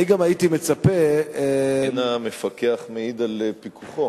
אני גם הייתי מצפה, אין המפקח מעיד על פיקוחו.